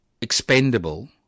expendable